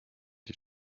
die